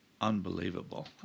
unbelievable